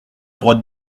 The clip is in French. droite